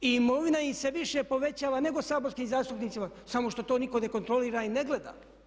I imovina im se više povećava nego saborskim zastupnicima samo što to nitko ne kontrolira i ne gleda.